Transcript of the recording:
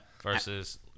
versus